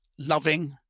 loving